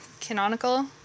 canonical